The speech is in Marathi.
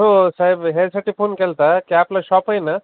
हो साहेब ह्यासाठी फोन केलता की आपलं शॉप आहे ना